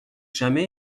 jamais